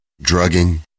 drugging